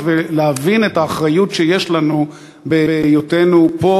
ולהבין את האחריות שיש לנו בהיותנו פה,